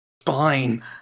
spine